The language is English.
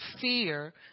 fear